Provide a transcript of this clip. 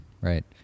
right